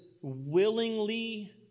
willingly